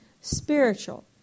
spiritual